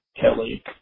Kelly